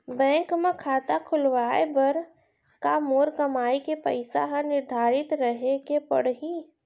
Bank म खाता खुलवाये बर का मोर कमाई के पइसा ह निर्धारित रहे के पड़ही?